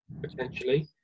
potentially